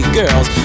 girls